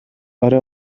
آره